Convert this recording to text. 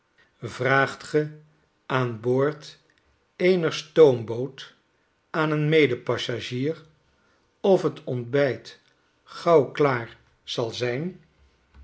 vraagt ge aan boord eener stoomboot aan een medepassagier of t ontbijt gauw klaar zal zijn